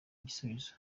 igisubizo